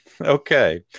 Okay